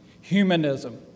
humanism